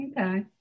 Okay